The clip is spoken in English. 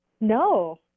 No